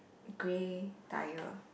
grey tyre